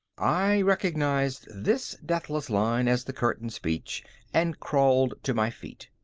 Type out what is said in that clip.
i recognized this deathless line as the curtain speech and crawled to my feet.